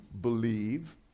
believe